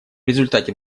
результате